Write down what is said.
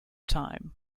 time